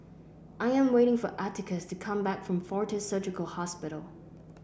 I am waiting for Atticus to come back from Fortis Surgical Hospital